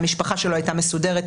המשפחה שלו הייתה מסודרת,